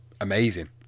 amazing